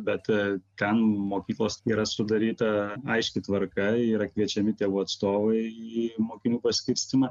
bet ten mokyklos yra sudaryta aiški tvarka yra kviečiami tėvų atstovai į mokinių paskirstymą